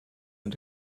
and